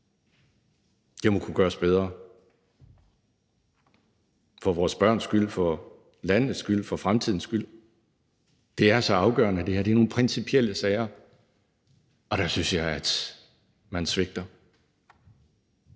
Det må kunne gøres bedre – for vores børns skyld, for landets skyld, for fremtidens skyld. Det her er så afgørende. Det er nogle principielle sager, og der synes jeg man svigter.